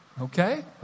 Okay